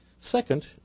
Second